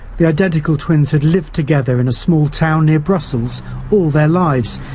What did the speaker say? the identical twins had lived together in a small town near brussels all their lives.